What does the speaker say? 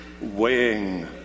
weighing